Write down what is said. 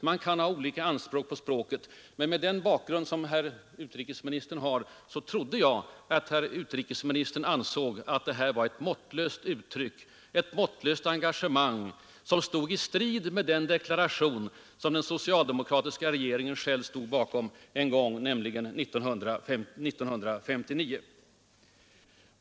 Man kan ha olika anspråk på orden, men med den bakgrund som herr utrikesministern har trodde jag att utrikesministern ansåg att detta var måttlösa uttryck, ett måttlöst engagemang som stod i strid med den deklaration som den socialdemokratiska regeringen själv stod bakom en gång, nämligen 1959.